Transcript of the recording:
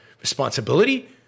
responsibility